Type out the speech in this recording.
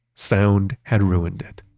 sound had ruined it.